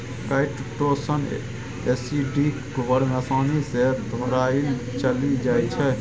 chitosan acidic घोर मे आसानी सँ घोराएल चलि जाइ छै